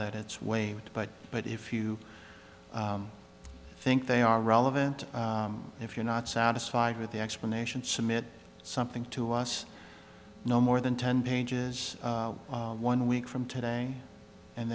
that it's waived but but if you think they are relevant if you're not satisfied with the explanation submit something to us no more than ten pages one week from today and